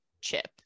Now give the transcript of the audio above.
chip